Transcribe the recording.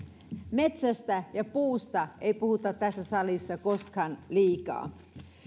metsästä ja puusta ei puhuta tässä salissa koskaan liikaa